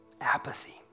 apathy